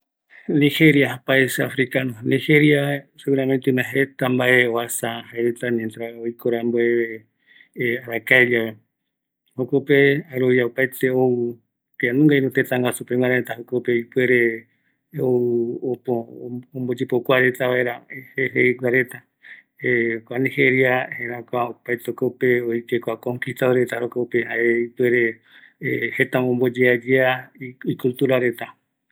Nigeria africano, kua tëtäpe oïmeko aipo oyeagueyepeai, kuape oyeesa opaete ïru tëtäguasu gui yogueru reta kuape, jaema jukuraï jaereta, jetako aipo oikua reta kïraïko añave rupi ou opɨtareta añaverupi